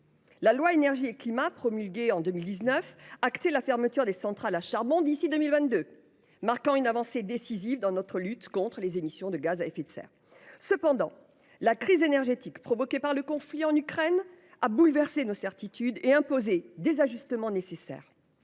La loi Énergie Climat, promulguée en 2019, a acté la fermeture des centrales à charbon à l’horizon de 2022, marquant une avancée décisive dans notre lutte contre les émissions de gaz à effet de serre. Toutefois, la crise énergétique provoquée par le conflit en Ukraine a bouleversé nos certitudes et a imposé des ajustements nécessaires.